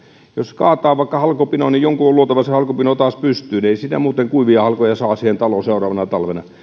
jos kaataa vaikka halkopinon niin jonkun on luotava se halkopino taas pystyyn ei sitä muuten kuivia halkoja saa taloon seuraavana talvena